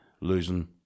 losing